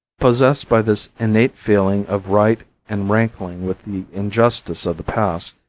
possessed by this innate feeling of right and rankling with the injustice of the past,